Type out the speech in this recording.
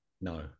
No